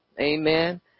Amen